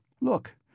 look